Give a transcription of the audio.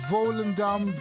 Volendam